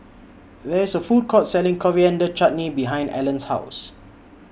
There IS A Food Court Selling Coriander Chutney behind Allan's House